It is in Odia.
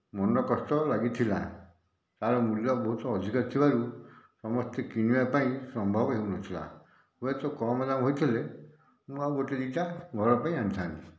ମନ କଷ୍ଟ ଲାଗିଥିଲା ତା'ର ମୂଲ୍ୟ ବହୁତ ଅଧିକ ଥିବାରୁ ସମସ୍ତେ କିଣିବା ପାଇଁ ସମ୍ଭବ ହେଉନଥିଲା ହୁଏତ କମ୍ ଦାମ୍ ହୋଇଥିଲେ ମୁଁ ଆଉ ଗୋଟେ ଦୁଇଟା ଘର ପାଇଁ ଆଣିଥାନ୍ତି